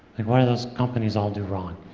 and what did those companies all do wrong?